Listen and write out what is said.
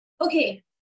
okay